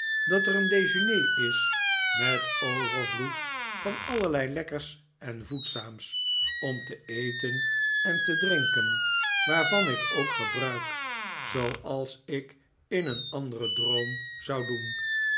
dat er een dejeuner is met overvloed van allerlei lekkers en voedzaams om te eten en te drinken waarvan ik ook gebruik zooals ik in een anderen droom zou doen